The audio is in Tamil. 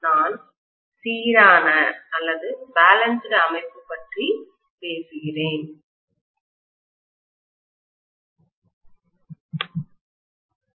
நான் சீரான பேலன்ஸ்டு அமைப்பு பற்றி பேசுகிறேன்